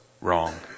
wrong